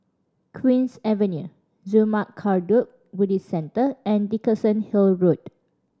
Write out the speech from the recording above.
Queen's Avenue Zurmang Kagyud Buddhist Centre and Dickenson Hill Road